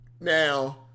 Now